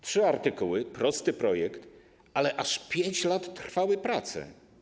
Trzy artykuły, prosty projekt, ale aż 5 lat trwały prace.